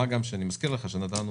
מה גם שאני מזכיר לך שנתנו